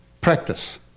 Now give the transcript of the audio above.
practice